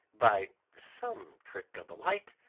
by some trick of the light,